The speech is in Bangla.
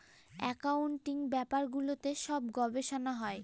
একাউন্টিং ব্যাপারগুলোতে সব গবেষনা হয়